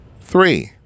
Three